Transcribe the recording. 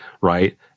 right